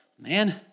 man